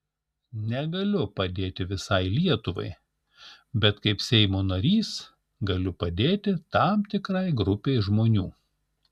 negaliu padėti visai lietuvai bet kaip seimo narys galiu padėti tam tikrai grupei žmonių